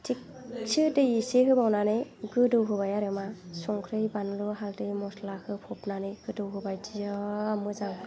थिगसे दै एसे होबावनानै गोदौ होबाय आरोमा संख्रि बानलु हाल्दै मस्ला मस्लि होफबनानै गोदौ होबाय जा मोजां